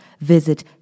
visit